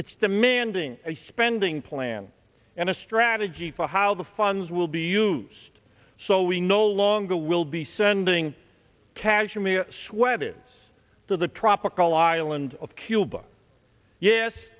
it's demanding a spending plan and a strategy for how the funds will be used so we no longer will be sending cashmere sweaters to the tropical island of cuba yes